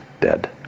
dead